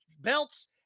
belts